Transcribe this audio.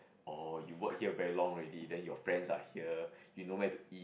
oh you work here very long already then your friends are here you know where to eat